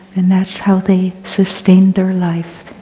and that is how they sustained their life.